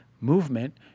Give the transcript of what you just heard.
movement